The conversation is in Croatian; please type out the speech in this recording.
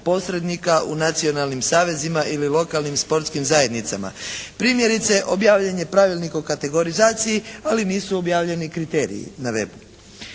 u nacionalnim savezima ili lokalnim sportskim zajednicama. Primjerice objavljen je pravilnik o kategorizaciji ali nisu objavljeni kriteriji na web-u.